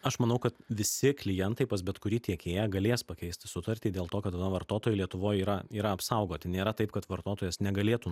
aš manau kad visi klientai pas bet kurį tiekėją galės pakeisti sutartį dėl to kad va vartotojai lietuvoj yra yra apsaugoti nėra taip kad vartotojas negalėtų